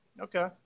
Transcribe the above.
okay